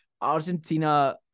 Argentina